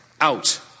out